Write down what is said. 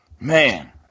Man